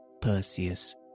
Perseus